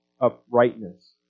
uprightness